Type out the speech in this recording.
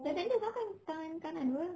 left hander makan tangan kanan [pe]